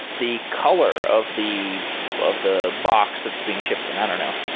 the color of the of the box that's being shipped in. i don't know.